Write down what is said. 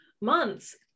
months